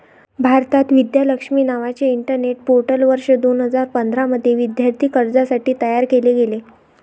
भारतात, विद्या लक्ष्मी नावाचे internet portal वर्ष दोन हजार पंधरा मध्ये विद्यार्थी कर्जासाठी तयार केले गेले